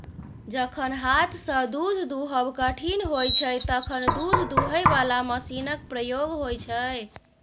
जखन हाथसँ दुध दुहब कठिन होइ छै तखन दुध दुहय बला मशीनक प्रयोग होइ छै